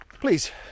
Please